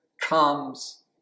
comes